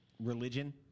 religion